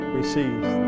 receives